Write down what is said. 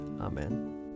Amen